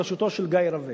בראשותו של גיא רווה.